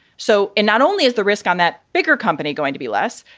so and not only is the risk on that bigger company going to be less,